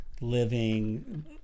living